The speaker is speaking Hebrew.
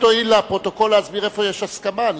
רק תואיל להסביר לפרוטוקול איפה יש הסכמה.